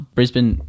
Brisbane